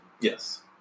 Yes